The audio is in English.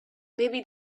maybe